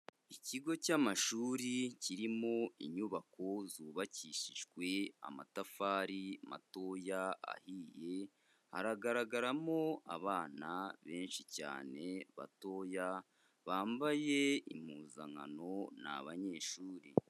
Ikigo cy'amashuri kirimo inyubako zubakishijwe amatafari matoya ahiye, haragaragaramo abana benshi cyane batoya bambaye impuzankano, ni abanyeshuri.